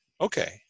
Okay